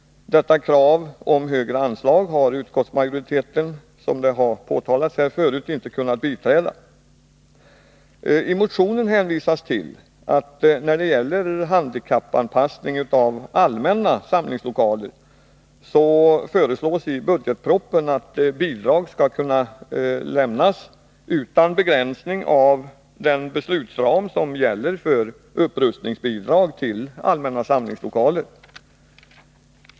Detta krav har, som nyss påpekats, utskottsmajoriteten inte kunnat biträda. I motionen hänvisas till att det, när det gäller handikappanpassning av allmänna samlingslokaler, i budgetpropositionen föreslås att bidrag skall kunna lämnas utan begränsning av den beslutsram som gäller för upprustningsbidrag till allmänna samlingslokaler.